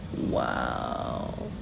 Wow